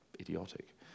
Idiotic